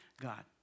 God